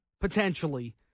potentially